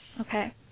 Okay